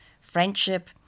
friendship